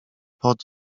pod